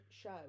show